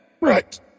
right